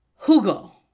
Hugo